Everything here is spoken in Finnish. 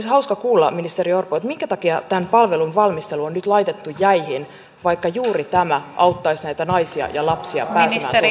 olisi hauska kuulla ministeri orpo minkä takia tämän palvelun valmistelu on nyt laitettu jäihin vaikka juuri tämä auttaisi näitä naisia ja lapsia pääsemään turvaan